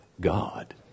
God